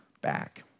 back